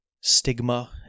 stigma